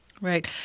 Right